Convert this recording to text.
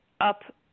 up